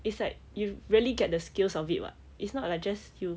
it's like you really get the skills of it [what] it's not like just you